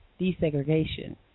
desegregation